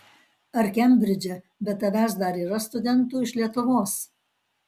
ar kembridže be tavęs dar yra studentų iš lietuvos